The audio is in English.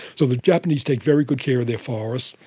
so the japanese take very good care of their forests.